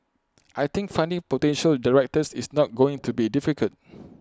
I think finding potential directors is not going to be difficult